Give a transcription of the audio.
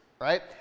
right